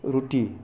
रुटि